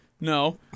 No